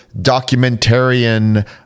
documentarian